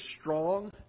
strong